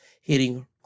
hitting